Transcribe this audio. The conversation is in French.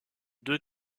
deux